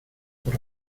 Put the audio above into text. por